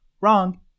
Wrong